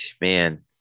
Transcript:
man